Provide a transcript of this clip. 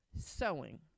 sewing